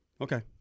okay